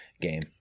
game